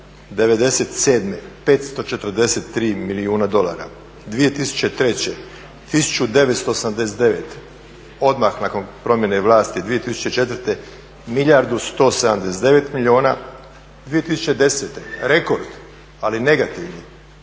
'97. 543 milijuna dolara, 2003. 1989, odmah nakon promjene vlasti 2004. milijardu 179 milijuna, 2010. rekord, ali negativni,